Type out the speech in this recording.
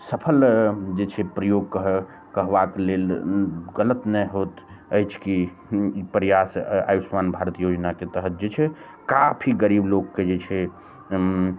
सफल जे छै प्रयोग कह कहबाक लेल गलत नहि होयत अछि कि ई प्रयास आयुष्मान भारत योजनाके तहत जे छै काफी गरीब लोकके जे छै